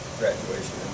graduation